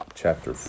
Chapter